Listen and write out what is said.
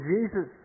Jesus